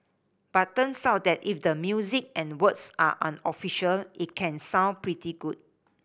but turns out that if the music and words are unofficial it can sound pretty good